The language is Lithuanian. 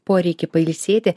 poreikį pailsėti